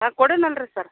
ಹಾಂ ಕೊಡ್ತೀನಲ್ರಿ ಸರ್